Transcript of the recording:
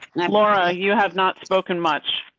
laura, you have not spoken much.